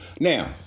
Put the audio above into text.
Now